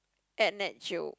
at nat-geo